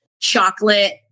chocolate